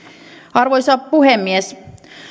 arvoisa puhemies